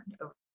over